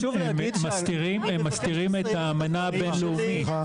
הם מסתירים את האמנה הבין לאומית.